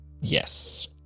Yes